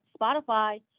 Spotify